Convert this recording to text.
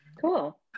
Cool